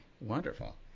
Wonderful